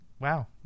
wow